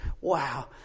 Wow